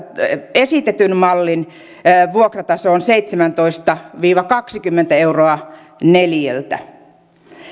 esitetyn mallin vuokrataso on seitsemäntoista viiva kaksikymmentä euroa neliöltä